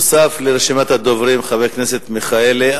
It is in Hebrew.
נוסף לרשימת הדוברים חבר הכנסת מיכאלי,